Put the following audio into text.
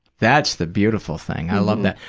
that's the beautiful thing. i love that.